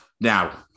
Now